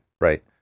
right